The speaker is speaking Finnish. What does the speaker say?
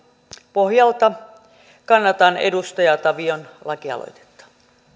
pohjalta kannatan edustaja tavion lakialoitetta